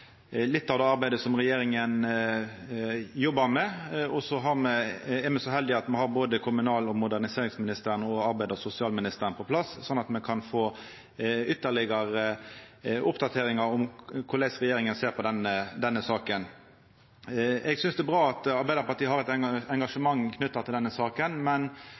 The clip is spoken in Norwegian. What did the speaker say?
litt av det arbeidet som regjeringa jobbar med. Og så er me så heldige at me har både kommunal- og moderniseringsministeren og arbeids- og sosialministeren på plass, slik at me kan få ytterlegare oppdateringar om korleis regjeringa ser på denne saka. Eg synest det er bra at Arbeidarpartiet har eit engasjement knytt til denne saka, men